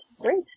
great